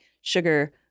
sugar